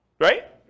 Right